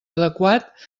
adequat